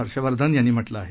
हर्षवर्धन यांनी म्हटलं आहे